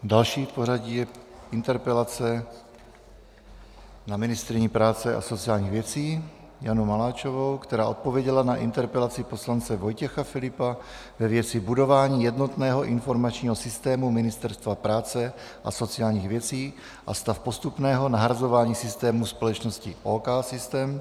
Další v pořadí je interpelace na ministryni práce a sociálních věcí Janu Maláčovou, která odpověděla na interpelaci poslance Vojtěcha Filipa ve věci budování jednotného informačního systému Ministerstva práce a sociálních věcí a stav postupného nahrazování systémů společnosti OKsystem.